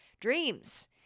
dreams